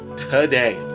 today